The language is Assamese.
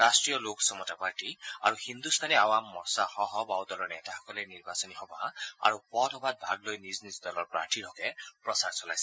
ৰাষ্ট্ৰীয় লোক সমতা পাৰ্টি আৰু হিন্দুস্তানী আৱাম মৰ্চাসহ বাঁওদলৰ নেতাসকলে নিৰ্বাচনী সভা আৰু পথ সভাত ভাগ লৈ নিজ নিজ দলৰ প্ৰাৰ্থীৰ হকে প্ৰচাৰ চলাইছে